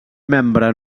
membre